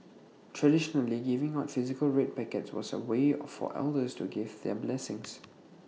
traditionally giving out physical red packets was A way for elders to give their blessings